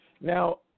Now